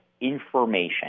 information